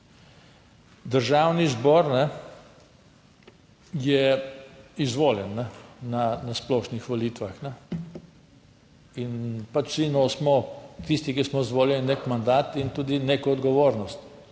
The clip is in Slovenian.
Državni zbor je izvoljen na splošnih volitvah in vsi nosimo, tisti, ki smo izvoljeni, nek mandat in tudi neko odgovornost.